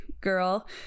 girl